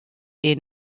est